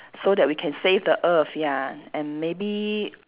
so that we can save the earth ya and maybe